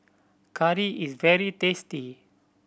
curry is very tasty